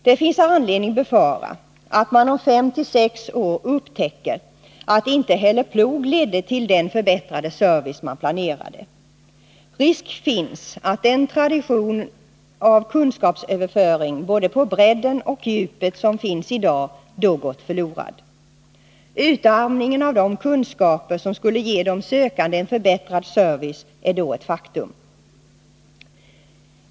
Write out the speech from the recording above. Det finns anledning befara att man om fem sex år upptäcker att inte heller PLOG ledde till den förbättrade service man planerade. Risk finns att den tradition av kunskapsöverföring både på bredden och på djupet som finns i dag då har gått förlorad. Utarmningen av de kunskaper som skulle ge de sökande en förbättrad service är då ett faktum.